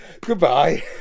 Goodbye